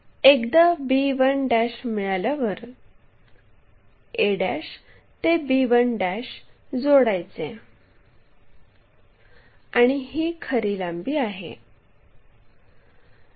एकदा b1 मिळाल्यावर a ते b1 जोडायचे आणि ही खरी लांबी आहे